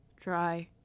Try